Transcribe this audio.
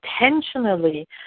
Intentionally